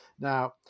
Now